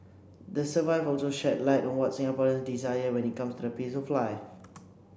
the survival also shed light on what Singaporeans desire when it comes to the pace of life